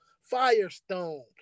Firestone